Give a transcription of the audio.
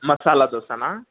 ಮಸಾಲೆ ದೋಸನಾ